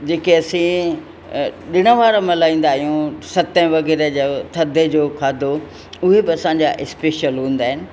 जेके असां ॾिण वार मल्हाईंदा आहियूं सतहं वगैरह जो थद जो खाधो उहे बि असांजा स्पेशल हूंदा आहिनि